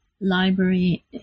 library